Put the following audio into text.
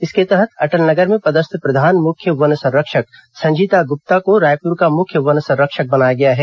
इसके तहत अटल नगर में पदस्थ प्रधान मुख्य वन संरक्षक संजीता गुप्ता को रायपुर का मुख्य वन संरक्षक बनाया गया है